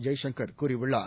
ஜெய்சங் கர் கூறியுள்ளார்